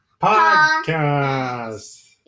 podcast